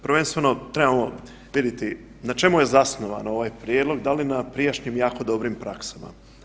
Prvenstveno trebamo vidjeti na čemu je zasnovan ovaj prijedlog, da li na prijašnjim jako dobrim praksama?